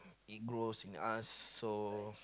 it grows in us so